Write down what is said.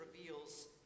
reveals